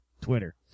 Twitter